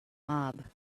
mob